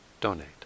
donate